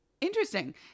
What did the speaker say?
Interesting